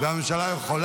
ביטול ממשלת חילופים,